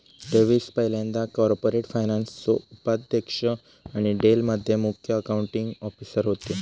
Davis पयल्यांदा corporate फायनान्सचो उपाध्यक्ष आणि डेल मध्ये मुख्य अकाउंटींग ऑफिसर होते